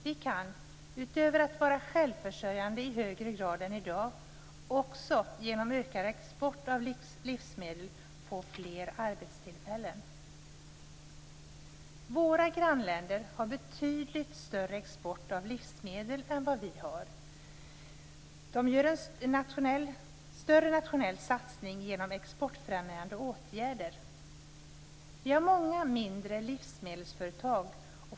Vi kan, utöver att vara självförsörjande i högre grad än i dag, också genom ökad export av livsmedel få fler arbetstillfällen. Våra grannländer har betydligt större export av livsmedel än vad vi har. De gör en större nationell satsning genom exportfrämjande åtgärder. Det finns många mindre livsmedelsföretag.